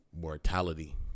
mortality